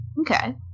Okay